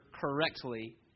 correctly